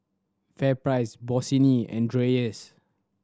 FairPrice Bossini and Dreyers